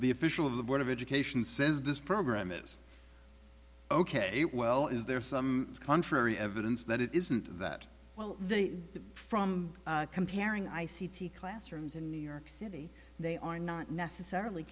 the official of the board of education says this program is ok it well is there some contrary evidence that it isn't that well they are from comparing i c t classrooms in new york city they are not necessarily